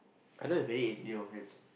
I don't have any A_T_D_O friends